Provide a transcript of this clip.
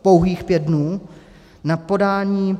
Pouhých pět dnů na podání...